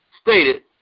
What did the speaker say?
stated